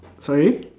sorry